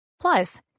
Plus